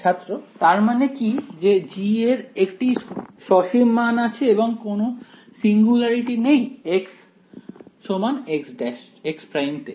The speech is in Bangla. ছাত্র তার মানে কি যে G এর একটি সসীম মান আছে এবং কোন সিঙ্গুলারিটি নেই x x′ তে